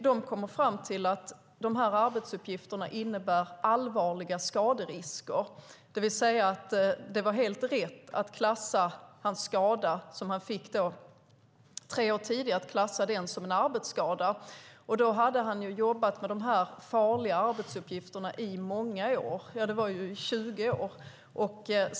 De har kommit fram till att de här arbetsuppgifterna innebär allvarliga skaderisker, det vill säga att det var helt rätt att klassa hans skada som han fick tre år tidigare som en arbetsskada. Då hade han jobbat med de här farliga arbetsuppgifterna i många år - 20 år.